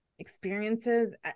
Experiences